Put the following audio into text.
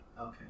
Okay